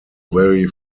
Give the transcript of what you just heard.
very